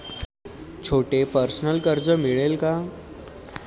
छोटे पर्सनल कर्ज मिळेल का?